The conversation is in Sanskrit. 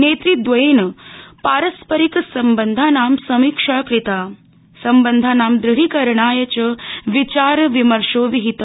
नेतृदवयेन पारस्परिक सम्बन्धानां समीक्षा कृता सम्बन्धानां दृढीकरणाय च विचारविमर्शो विहित